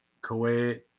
Kuwait